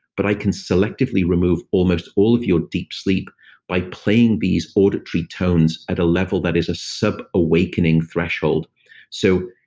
but i can selectively remove almost all of your deep sleep by playing these auditory tones at a level that is a sub-awakening threshold so,